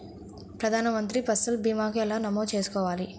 ప్రధాన మంత్రి పసల్ భీమాను ఎలా నమోదు చేసుకోవాలి?